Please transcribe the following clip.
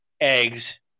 eggs